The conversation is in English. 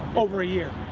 over a year.